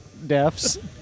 deafs